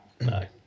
No